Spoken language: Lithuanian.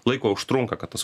laiko užtrunka kad tas